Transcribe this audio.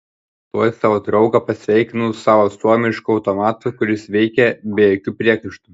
tuoj savo draugą pasveikinau savo suomišku automatu kuris veikė be jokių priekaištų